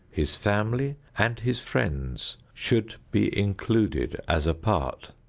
his family and his friends should be included as a part.